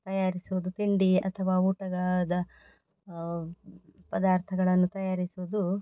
ತಯಾರಿಸುವುದು ತಿಂಡಿ ಅಥವಾ ಊಟದ ಪದಾರ್ಥಗಳನ್ನು ತಯಾರಿಸುವುದು